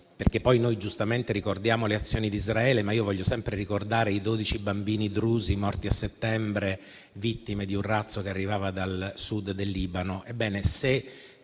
di missili (noi giustamente ricordiamo le azioni di Israele, ma io vorrei sempre ricordare i 12 bambini drusi morti a settembre, vittime di un razzo che arrivava dal Sud del Libano), se